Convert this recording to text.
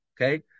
Okay